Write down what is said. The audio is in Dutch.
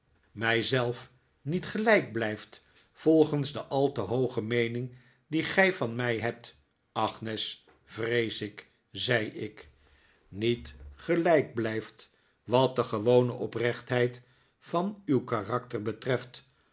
zelf niet gelijk blijf volgens de al te hooge meening die gij van mij hebt agnes vrees ik zei ik niet gelijk blijft wat de gewone oprechtheid van uw karakter betreft